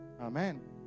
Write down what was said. Amen